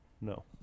No